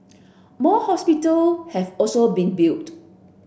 more hospital have also been built